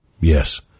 Yes